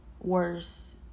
worse